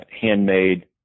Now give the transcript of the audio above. handmade